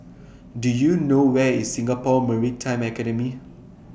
Do YOU know Where IS Singapore Maritime Academy